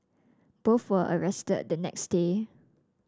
both were arrested the next day